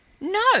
No